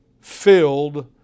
filled